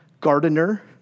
gardener